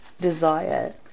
desire